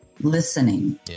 listening